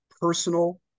personal